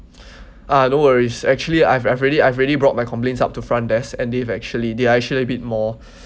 uh no worries actually I've I've already I've already brought my complaints up to front desk and they've actually they actually a bit more